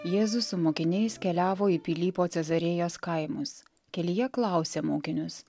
jėzus su mokiniais keliavo į pilypo cezarėjos kaimus kelyje klausė mokinius